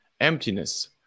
emptiness